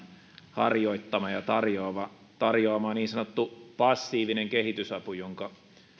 harjoittamaan ja tarjoamaan tarjoamaan niin sanottuun passiiviseen kehitysapuun jonka